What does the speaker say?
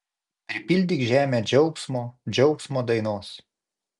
pripildyk žemę džiaugsmo džiaugsmo dainos